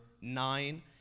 nine